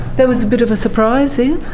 that was a bit of a surprise, ian,